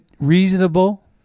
reasonable